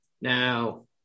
now